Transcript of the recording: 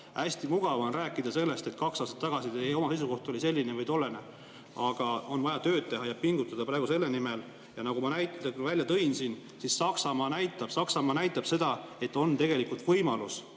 Hästi mugav on rääkida sellest, et kaks aastat tagasi teie oma seisukoht oli selline või tollene, aga on vaja tööd teha ja pingutada praegu selle nimel. Nagu ma näitena välja tõin, Saksamaa näitab seda, et on tegelikult võimalus